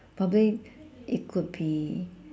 probably it could be